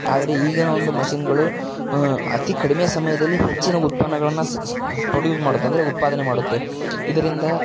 ಆದರೆ ಈಗಿನ ಒಂದು ಮಷಿನ್ಗಳು ಅತಿ ಕಡಿಮೆ ಸಮಯದಲ್ಲಿ ಹೆಚ್ಚಿನ ಉತ್ಪನ್ನಗಳನ್ನು ಸ ಸ ಪ್ರೊಡ್ಯೂಸ್ ಮಾಡುತ್ತೆ ಅಂದರೆ ಉತ್ಪಾದನೆ ಮಾಡುತ್ತೆ ಇದರಿಂದ